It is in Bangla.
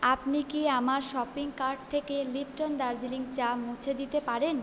আপনি কি আমার শপিং কার্ট থেকে লিপ্টন দার্জিলিং চা মুছে দিতে পারেন